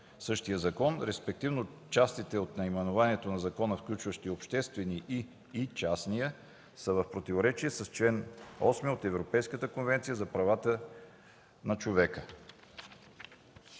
същия закон, респективно частите от наименованието на закона, включващи „обществени” и „и частния”, са в противоречие с чл. 8 от Европейската конвенция за правата на човека.